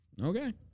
Okay